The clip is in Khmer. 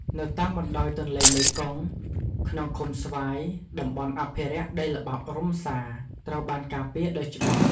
នៅតាមបណ្តោយទន្លេមេគង្គ ក្នុងឃុំស្វាយ តំបន់អភិរក្សដីល្បាប់រុំសា ត្រូវបានការពារដោយច្បាប់។